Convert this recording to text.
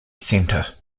centre